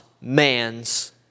man's